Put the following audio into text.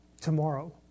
tomorrow